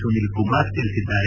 ಸುನೀಲ್ ಕುಮಾರ್ ತಿಳಿಸಿದ್ದಾರೆ